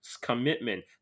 commitment